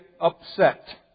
upset